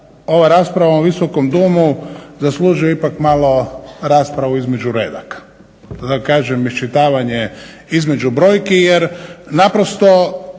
ova rasprava u visokom domu zaslužuje ipak malo raspravu između redaka. Da kažem iščitavanje između brojki jer naprosto